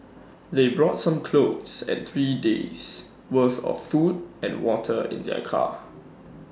they brought some clothes and three days' worth of food and water in their car